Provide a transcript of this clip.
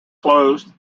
closed